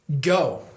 go